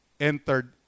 entered